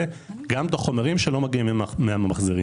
גם את החומרים שלא מגיעים מהממחזרים.